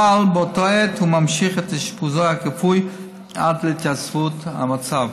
אבל באותה העת הוא ממשיך את אשפוזו הכפוי עד להתייצבות המצב.